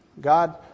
God